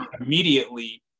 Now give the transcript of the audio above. immediately